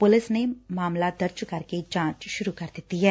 police ਨੇ ਮਾਮਲਾ ਦਰਜ ਕਰਕੇ ਜਾਂਚ ਸੁਰੂ ਕਰ ਦਿੱਤੀ ਐ